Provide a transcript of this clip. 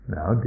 Now